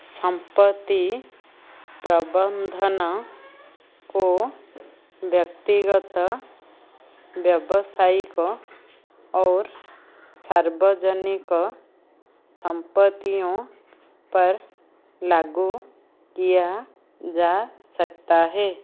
संपत्ति प्रबंधन को व्यक्तिगत व्यावसायिक और सार्वजनिक संपत्तियों पर लागू किया जा सकता हे